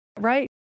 right